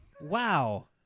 Wow